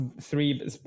three